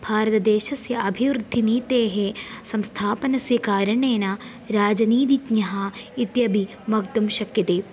भारतदेशस्य अभिवृद्धिनीतेः संस्थापनस्य कारणेन राजनीतिज्ञः इत्यपि वक्तुं शक्यते